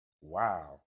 wow